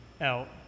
out